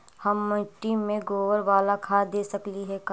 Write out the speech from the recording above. हम मिट्टी में गोबर बाला खाद दे सकली हे का?